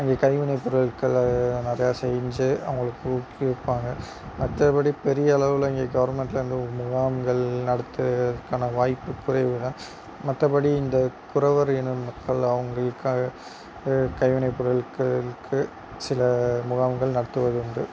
அங்கே கைவினைப் பொருள்களை நிறையா செஞ்சு அவங்களுக்கு ஊக்குவிப்பாங்க மற்றபடி பெரிய அளவில் இங்கே கவர்மண்ட்லிருந்து முகாம்கள் நடத்துறதுக்கான வாய்ப்பு குறைவுதான் மற்றபடி இந்த குறவர் இன மக்கள் அவங்களுக்காக ஒரு கைவினைப் பொருள்களுக்கு சில முகாம்கள் நடத்துவது உண்டு